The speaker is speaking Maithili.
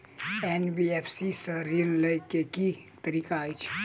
एन.बी.एफ.सी सँ ऋण लय केँ की तरीका अछि?